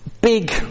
big